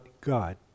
God